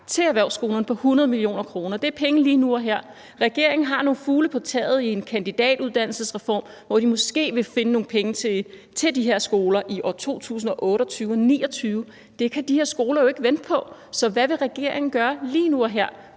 til erhvervsskolerne på 100 mio. kr. Det er penge lige nu og her. Regeringen har nogle fugle på taget i en kandidatuddannelsesreform, hvor de måske vil finde nogle penge til de her skoler i år 2028 og 2029. Det kan de her skoler jo ikke vente på. Så hvad vil regeringen gøre lige nu og her,